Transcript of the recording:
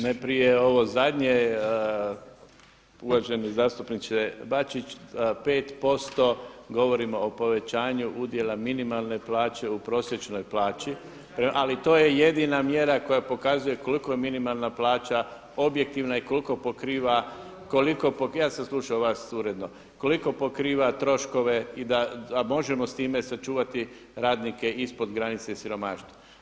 Najprije ovo zadnje, uvaženi zastupniče Bačić, 5% govorimo o povećanju udjela minimalne plaće u prosječnoj plaći ali to je jedina mjera koja pokazuje koliko je minimalna plaća objektivna i koliko pokriva, koliko pokriva, … [[Upadica se ne čuje.]] Ja sam slušao vas uredno, koliko pokriva troškove i da možemo sa time sačuvati radnike ispod granice siromaštva.